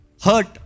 Hurt